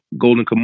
Golden